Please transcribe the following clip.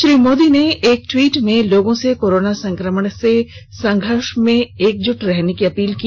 श्री मोदी ने एक ट्वीट में लोगों से कोरोना संक्रमण से संघर्ष में एकजुट रहने की अपील की